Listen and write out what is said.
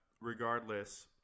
regardless